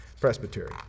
Presbytery